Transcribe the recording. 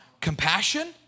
Compassion